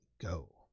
go